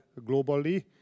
globally